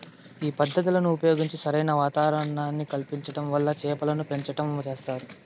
ఈ పద్ధతులను ఉపయోగించి సరైన వాతావరణాన్ని కల్పించటం వల్ల చేపలను పెంచటం చేస్తారు